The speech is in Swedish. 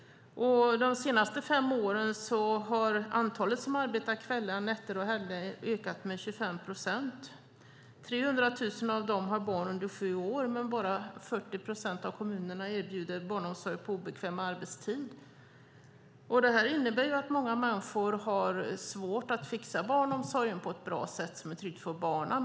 Under de senaste fem åren har antalet som arbetar kvällar, nätter och helger ökat med 25 procent. 300 000 av dem har barn under sju år, men bara 40 procent av kommunerna erbjuder barnomsorg på obekväm arbetstid. Detta innebär att många människor har svårt att fixa barnomsorgen på ett bra sätt som är tryggt för barnen.